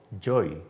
joy